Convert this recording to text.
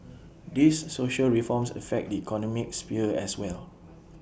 these social reforms affect the economic sphere as well